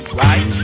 right